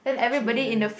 cheat ah